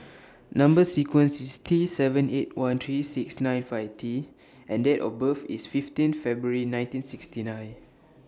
Number sequence IS T seven eight one three six nine five T and Date of birth IS fifteen February nineteen sixty nine